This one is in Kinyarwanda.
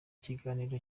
kiganiro